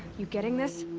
you getting this?